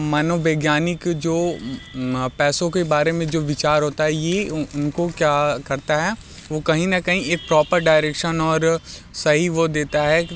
मनोवैज्ञानिक जो पैसों के बारे में जो विचार होता है ये उनको क्या करता है वो कहीं ना कहीं एक प्रॉपर डायरेक्शन और सही वो देता है कि